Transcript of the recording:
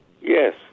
Yes